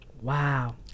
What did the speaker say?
Wow